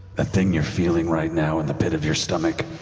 ah thing you're feeling right now in the pit of your stomach